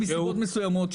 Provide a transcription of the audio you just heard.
-- של אותן --- מסוימות.